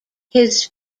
his